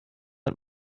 hat